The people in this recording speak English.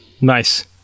Nice